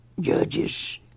Judges